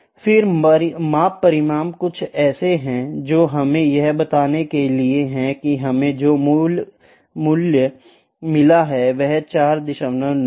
फिर माप परिणाम कुछ ऐसा है जो हमें यह बताने के लिए है कि हमें जो मूल्य मिला है वह 49 है